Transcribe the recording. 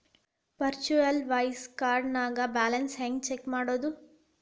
Virtual visa ಕಾರ್ಡ್ನ್ಯಾಗ balance ಹೆಂಗ check ಮಾಡುದು?